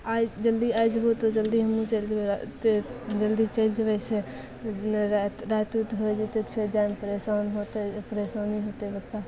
आइ जल्दी आइ जेबहो तऽ जल्दी हमहूँ चलि जएबै आओर एतेक जल्दी चलि जएबै से ओहिमे राति राति उत हो जेतै तऽ फेर जाइमे परेशान होतै ओ परेशानी होतै बच्चाके